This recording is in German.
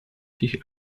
sich